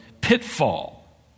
pitfall